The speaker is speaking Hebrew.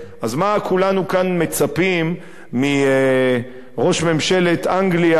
אז מה כולנו כאן מצפים מראש ממשלת אנגליה,